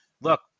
look